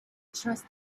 trust